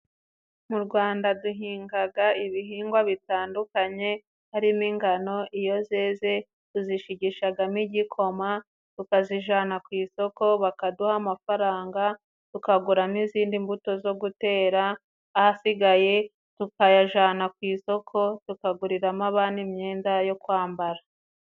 Mu Rwanda duhingaga ibihingwa bitandukanye harimo ingano. Iyo zeze tuzishigishagamo igikoma, tu ukazijana ku isoko bakaduha amafaranga tukaguramo izindi mbuto zo gutera, ahasigaye tukayajana ku isoko tukaguriramo abana imyenda yo kwambara.